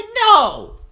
No